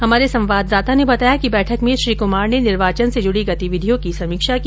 हमारे संवाददाता ने बताया कि बैठक में श्री कुमार ने निर्वाचन से जुडी गतिविधियों की समीक्षा की